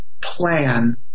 plan